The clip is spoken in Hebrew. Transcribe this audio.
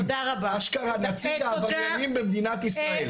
אשכרה נציג העבריינים במדינת ישראל,